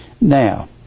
now